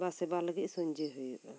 ᱵᱟ ᱥᱮᱵᱟ ᱞᱟᱹᱜᱤᱫ ᱥᱩᱧᱡᱟᱹ ᱦᱩᱭᱩᱜᱼᱟ